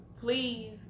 Please